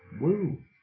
woo